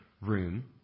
room